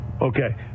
okay